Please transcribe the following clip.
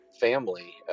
family